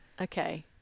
okay